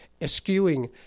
eschewing